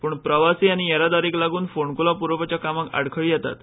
पूण प्रवासी आनी येरादारीक लागून फोंडकुलां पुरोवपाच्या कामांत आडखळी येतात